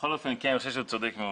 בכל אופן, כן, אני חושב שהוא צודק מאוד.